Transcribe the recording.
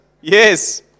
Yes